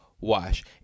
Wash